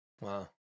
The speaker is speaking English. Wow